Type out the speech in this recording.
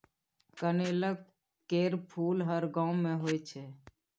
कनेलक केर फुल हर गांव मे होइ छै